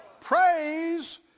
Praise